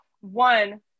one